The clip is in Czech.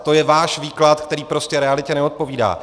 To je váš výklad, který prostě realitě neodpovídá.